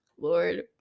Lord